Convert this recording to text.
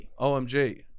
OMG